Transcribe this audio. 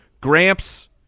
Gramps